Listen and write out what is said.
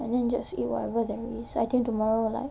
and then just eat whatever there is I think tomorrow will like